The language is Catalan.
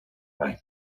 ball